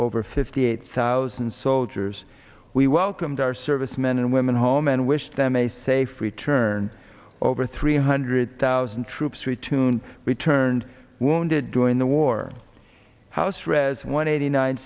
over fifty eight thousand soldiers we welcomed our servicemen and women home and wish them a safe return over three hundred thousand troops retune returned wounded during the war house read as one eighty nine